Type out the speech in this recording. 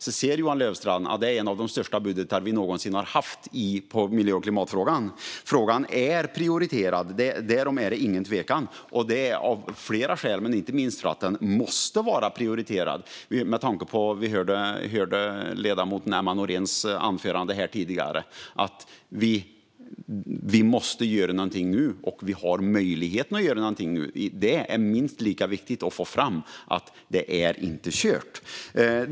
Då ser Johan Löfstrand att det här är en av de största budgetarna som har funnits på miljö och klimatområdet. Frågan är prioriterad. Därom råder inget tvivel - av flera skäl. Inte minst för att den måste vara prioriterad, med tanke på ledamoten Emma Nohréns tidigare anförande. Hon menade att vi måste göra något nu, och vi har möjligheten att göra något nu. Det är minst lika viktigt att få fram att det inte är kört.